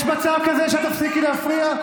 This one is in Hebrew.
יש מצב כזה שאת תפסיקי להפריע?